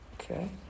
okay